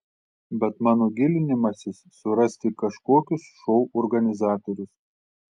bet mano gilinimasis suras tik kažkokius šou organizatorius